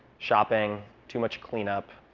shopping, too much cleanup,